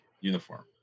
uniform